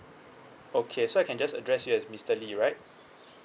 okay so I can just address you as mister lee right